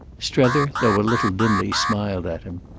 strether though a little dimly smiled at him.